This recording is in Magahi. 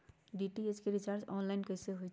डी.टी.एच के रिचार्ज ऑनलाइन कैसे होईछई?